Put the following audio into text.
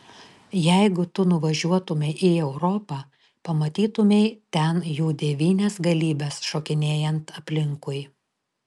jeigu tu nuvažiuotumei į europą pamatytumei ten jų devynias galybes šokinėjant aplinkui